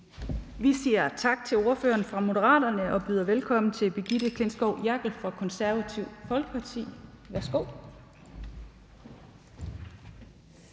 Vi siger tak til ordføreren fra Moderaterne og byder velkommen til Brigitte Klintskov Jerkel fra Det Konservative Folkeparti. Værsgo.